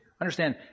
Understand